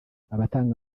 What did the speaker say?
abatanga